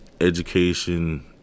education